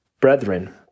Brethren